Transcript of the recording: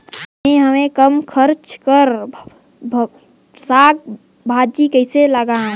मैं हवे कम खर्च कर साग भाजी कइसे लगाव?